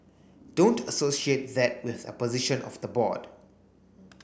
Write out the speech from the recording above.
don't associate that with a position of the board